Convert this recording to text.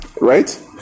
right